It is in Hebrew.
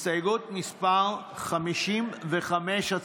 הסתייגות 56,